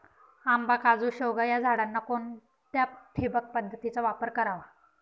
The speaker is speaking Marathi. आंबा, काजू, शेवगा या झाडांना कोणत्या ठिबक पद्धतीचा वापर करावा?